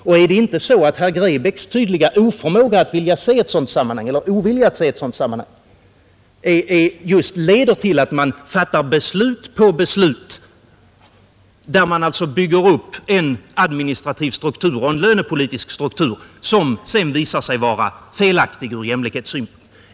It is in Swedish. Riskerar vi inte att herr Grebäcks och andras oförmåga eller ovilja att se ett sådant sammanhang leder till att man genom beslut efter beslut bygger upp en administrativ och lönepolitisk struktur som sedan visar sig vara felaktig ur jämlikhetssynpunkt?